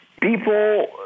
people